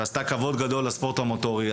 ועשתה כבוד גדול לספורט המוטורי.